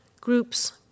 groups